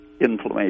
inflammation